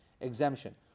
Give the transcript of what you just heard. exemption